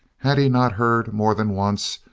had he not heard, more than once,